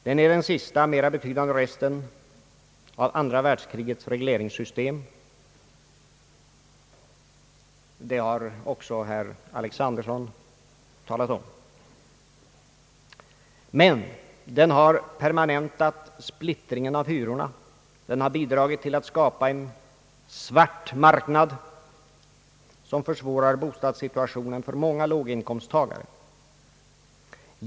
Den är den sista mera betydande resten av andra världskrigets regleringssystem, vilket också herr Alexanderson talat om. Den har permanentat splittringen av hyrorna. Den har bidragit till att skapa en »svart marknad», som försvårar bostadssituationen för många låginkomsttagare.